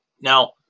Now